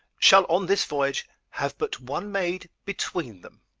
shall on this voyage have but one maid between them.